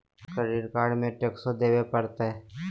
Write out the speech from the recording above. Credit card में टेक्सो देवे परते?